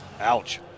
Ouch